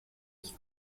qui